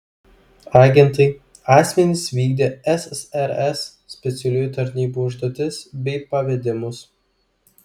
agentai asmenys vykdę ssrs specialiųjų tarnybų užduotis bei pavedimus